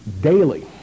daily